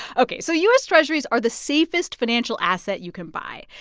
ok, so u s. treasurys are the safest financial asset you can buy.